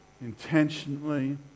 intentionally